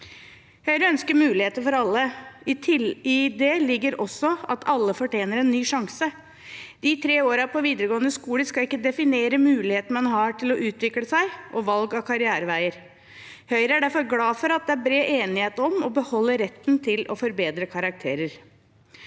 Høyre ønsker muligheter for alle. I det ligger også at alle fortjener en ny sjanse. De tre årene på videregående skole skal ikke definere mulighetene man har til å utvikle seg, og valg av karriereveier. Høyre er derfor glad for at det er bred enighet om å beholde retten til å forbedre karakterer.